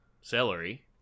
celery